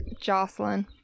Jocelyn